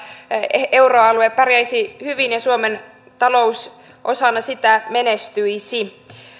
euroalue pärjäisi hyvin ja suomen talous osana sitä menestyisi